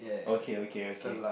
okay okay okay